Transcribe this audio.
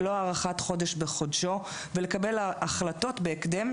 ולא הארכת חודש בחודשו ולקבל החלטות בהקדם,